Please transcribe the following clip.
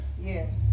Yes